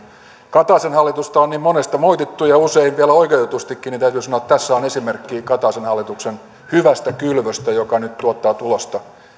kataisen hallitusta on niin monesta moitittu ja usein vielä oikeutetustikin niin täytyy sanoa että tässä on esimerkki kataisen hallituksen hyvästä kylvöstä joka nyt tuottaa tulosta